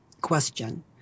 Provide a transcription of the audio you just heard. question